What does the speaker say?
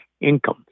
income